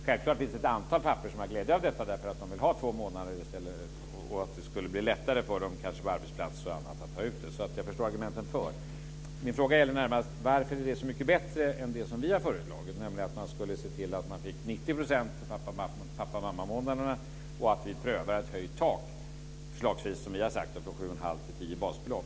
Självklart finns det ett antal pappor som har glädje av detta därför att de vill ha två månader och det kanske blir lättare för dem på arbetsplatser osv. att ta ut det. Jag förstår alltså argumenten för. Min fråga gäller närmast varför detta är så mycket bättre än det vi har föreslagit, nämligen att man skulle få 90 % för pappa och mammamånaderna och att vi prövade ett höjt tak - förslagsvis, som vi har sagt, från 7 1⁄2 till 10 basbelopp.